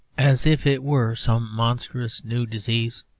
as if it were some monstrous new disease,